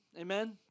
Amen